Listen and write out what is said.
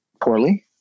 poorly